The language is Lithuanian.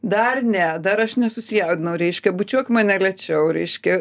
dar ne dar aš nesusijaudinau reiškia bučiuok mane lėčiau reiškia